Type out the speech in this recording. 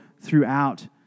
throughout